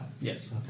Yes